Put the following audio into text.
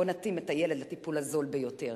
בוא נתאים את הילד לטיפול הזול ביותר,